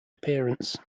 appearance